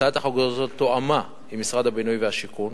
הצעת החוק הזאת תואמה עם משרד הבינוי והשיכון,